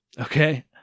Okay